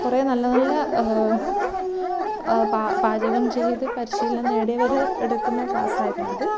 കുറെ നല്ല നല്ല പാചകം ചെയ്ത് പരിശീലനം നേടിയവർ എടുക്കുന്ന ക്ലാസ്സായിരുന്നു അത്